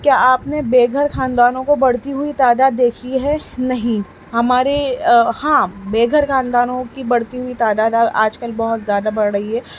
کیا آپ نے بےگھر خاندانوں کو بڑھتی ہوئی تعداد دیکھی ہے نہیں ہمارے ہاں بےگھر خاندانوں کی بڑھتی ہوئی تعداد آجکل بہت زیادہ بڑھ رہی ہے